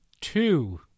two